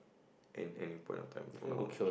and any point of time from now on